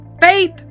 Faith